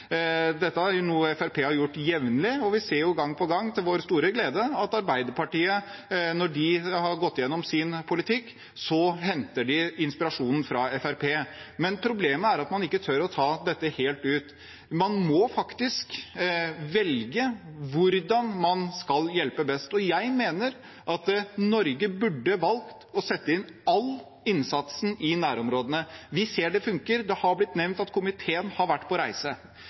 Dette er noe Fremskrittspartiet har gjort jevnlig. Vi ser gang på gang til vår store glede at Arbeiderpartiet, når de har gått gjennom sin politikk, henter inspirasjonen fra Fremskrittspartiet. Problemet er at man ikke tør å ta dette helt ut. Man må faktisk velge hvordan man skal hjelpe best. Jeg mener at Norge burde valgt å sette inn all innsatsen i nærområdene. Vi ser det fungerer. Det har blitt nevnt at komiteen har vært på reise.